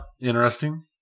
Interesting